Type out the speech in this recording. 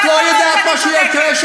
אתה יודע טוב מאוד שאני צודקת.